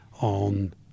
on